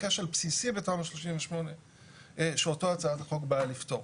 כשל בסיסי בתמ"א 38 שאותו הצעת החוק באה לפתור.